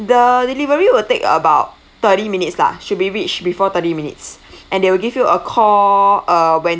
the delivery will take about thirty minutes lah should be reach before thirty minutes and they will give you a call uh when